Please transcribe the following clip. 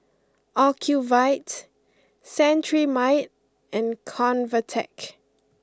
Ocuvite Cetrimide and Convatec